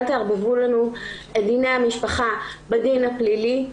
אל תערבבו לנו את דיני המשפחה בדין הפלילי,